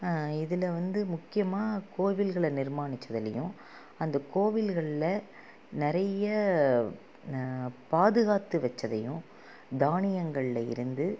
இதில் வந்து முக்கியமாக கோவில்களை நிர்மாணித்ததுலையும் அந்த கோவில்களில் நிறைய பாதுகாத்து வெச்சதையும் தானியங்களில் இருந்து